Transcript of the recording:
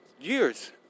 years